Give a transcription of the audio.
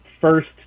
first